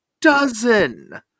dozen